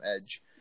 Edge